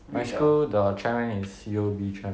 my school the chair and ceo U_O_B